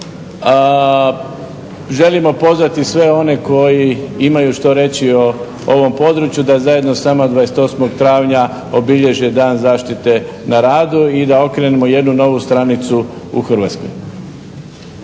želimo pozvati sve one koji imaju što reći o ovom području, da zajedno sa nama 28. travnja obilježe dan zaštite na radu i da okrenemo jednu novu stranicu u Hrvatskoj.